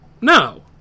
no